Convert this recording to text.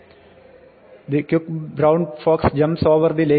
"the quick brown fox jumps over the lazy dog